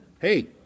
hey